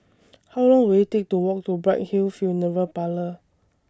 How Long Will IT Take to Walk to Bright Hill Funeral Parlour